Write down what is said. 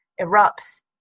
erupts